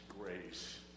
grace